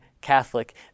Catholic